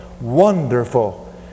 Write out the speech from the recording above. wonderful